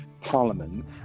parliament